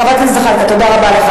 חבר הכנסת זחאלקה, תודה רבה לך.